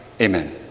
Amen